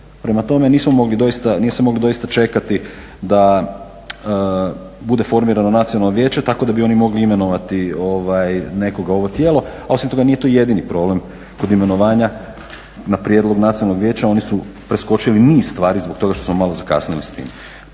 Prema tome, nismo mogli doista, nije se moglo doista čekati da bude formirano Nacionalno vijeće tako da bi oni mogli imenovati nekoga u ovo tijelo. A osim toga nije to jedini problem kod imenovanja na prijedlog Nacionalnog vijeća, oni su preskočili niz stvari zbog toga što smo malo zakasnili s tim.